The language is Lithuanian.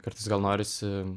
kartais gal norisi